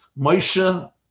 Moshe